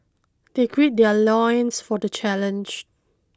they gird their loins for the challenge